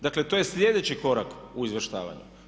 Dakle, to je sljedeći korak u izvještavanju.